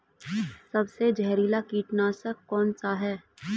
सबसे जहरीला कीटनाशक कौन सा है?